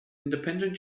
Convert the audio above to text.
independent